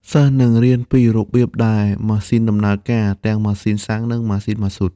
សិស្សនឹងរៀនពីរបៀបដែលម៉ាស៊ីនដំណើរការ ទាំងម៉ាស៊ីនសាំងនិងម៉ាស៊ីនម៉ាស៊ូត។